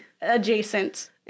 adjacent